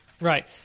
Right